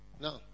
No